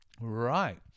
Right